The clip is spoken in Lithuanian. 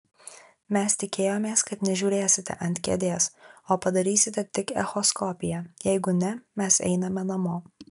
mes tikėjomės kad nežiūrėsite ant kėdės o padarysite tik echoskopiją jeigu ne mes einame namo